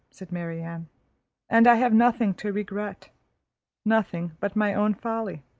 said marianne and i have nothing to regret nothing but my own folly.